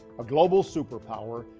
a global superpower,